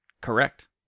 Correct